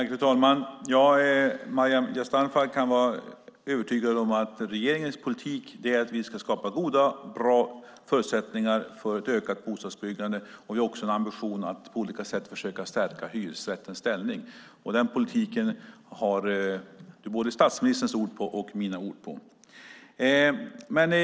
Fru talman! Maryam Yazdanfar kan vara övertygad om att regeringens politik är att vi ska skapa goda och bra förutsättningar för ett ökat bostadsbyggande. Vi har också en ambition att på olika sätt försöka stärka hyresrättens ställning. Den politiken har du både statsministerns och mitt ord på.